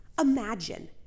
imagine